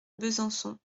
besançon